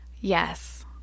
Yes